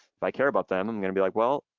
like care about them, i'm gonna be like, well,